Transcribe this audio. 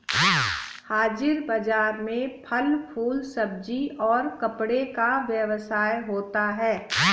हाजिर बाजार में फल फूल सब्जी और कपड़े का व्यवसाय होता है